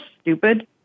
stupid